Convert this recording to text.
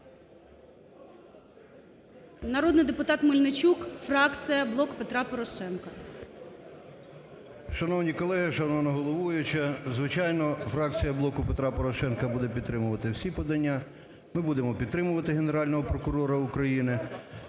народний депутат Мельничук, фракція "Блоку Петра Порошенка". 18:07:14 МЕЛЬНИЧУК І.І. Шановні колеги! Шановна головуюча! Звичайно, фракція "Блоку Петра Порошенка" буде підтримувати всі подання. Ми будемо підтримувати Генерального прокурора України,